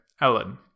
Ellen